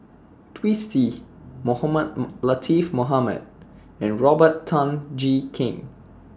Twisstii Mohamed Latiff Mohamed and Robert Tan Jee Keng